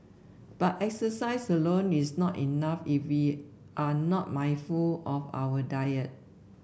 but exercise alone is not enough if we are not mindful of our diet